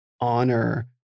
honor